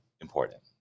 important